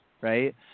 right